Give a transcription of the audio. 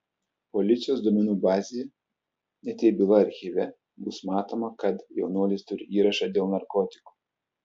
policijos duomenų bazėje net jei byla archyve bus matoma kad jaunuolis turi įrašą dėl narkotikų